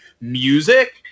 music